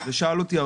בבקשה אדוני.